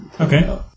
Okay